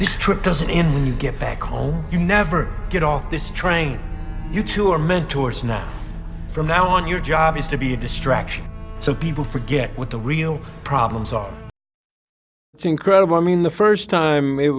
this trip doesn't include get back home you never get off this train you tour mentors now from now on your job is to be a distraction so people forget what the real problems are it's incredible i mean the first time it